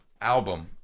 album